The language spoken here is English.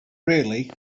really